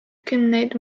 kümneid